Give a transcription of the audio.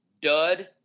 dud